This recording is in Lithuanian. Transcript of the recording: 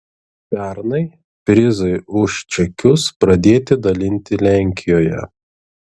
pernai prizai už čekius pradėti dalinti lenkijoje